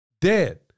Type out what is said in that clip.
dead